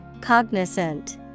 Cognizant